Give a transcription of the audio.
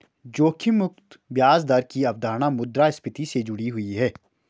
जोखिम मुक्त ब्याज दर की अवधारणा मुद्रास्फति से जुड़ी हुई है